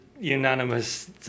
Unanimous